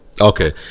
Okay